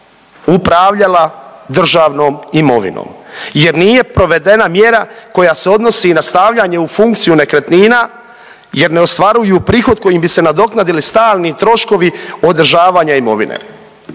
upravljala državnom imovinom jer nije provedena mjera koja se odnosi na stavljanje u funkciju nekretnina jer ne ostvaruju prihod kojim bi se nadoknadili stalni troškovi održavanja imovine.